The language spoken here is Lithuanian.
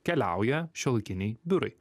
keliauja šiuolaikiniai biurai